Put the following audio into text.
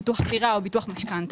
ביטוח דירה או ביטוח משכנתה.